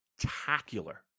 spectacular